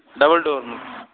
double door